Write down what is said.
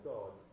God